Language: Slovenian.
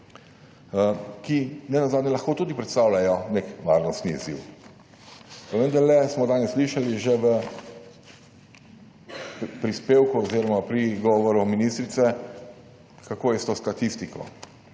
ki nenazadnje lahko tudi predstavljajo nek varnostni izziv. Pa vendar smo danes slišali že v prispevku oziroma govoru ministrice, kako je s to statistiko.